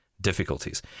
difficulties